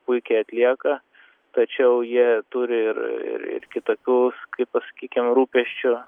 puikiai atlieka tačiau jie turi ir ir ir kitokius kaip pasakykim rūpesčių